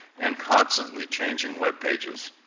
and constantly changing webpages.